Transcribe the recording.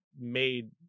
made